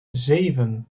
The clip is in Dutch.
zeven